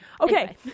okay